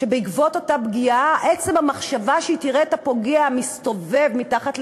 שבעקבות אותה פגיעה עצם המחשבה שהיא תראה את הפוגע מסתובב מתחת לביתה,